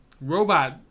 robot